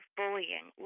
bullying